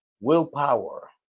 willpower